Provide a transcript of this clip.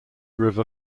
river